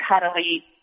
cuddly